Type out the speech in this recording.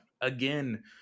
Again